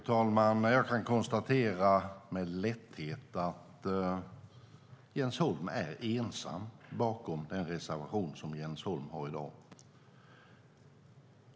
Fru talman! Jag kan med lätthet konstatera att Jens Holm är ensam bakom den reservation som han har i dag.